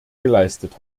geleistet